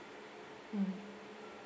mmhmm